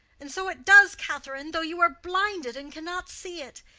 and so it does, catherine, though you are blinded and cannot see it.